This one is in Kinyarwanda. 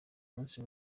umunsi